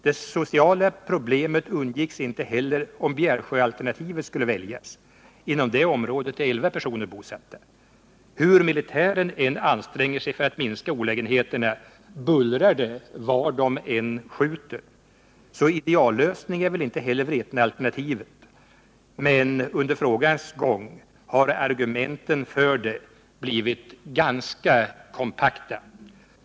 Det sociala problemet undgicks inte heller, om Bjärsjöalternativet skulle väljas. Inom det området är elva personer bosatta. Hur militären än anstränger sig för att minska olägenheterna bullrar det, var man än skjuter. Så någon ideallösning är väl inte heller Vretenalternativet, men under frågans gång har argumenten för det blivit ganska kompakta.